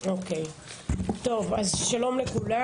שלום לכולם.